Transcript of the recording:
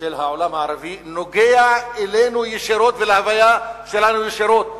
של העולם הערבי נוגע אלינו ישירות ולהוויה שלנו ישירות,